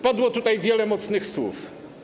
Padło tutaj wiele mocnych słów.